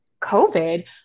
COVID